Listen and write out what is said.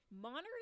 Monterey